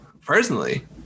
personally